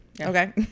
Okay